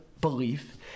belief